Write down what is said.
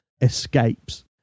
escapes